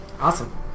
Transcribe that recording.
awesome